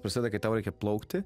prasideda kai tau reikia plaukti